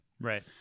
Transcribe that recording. Right